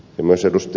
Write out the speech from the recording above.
myös ed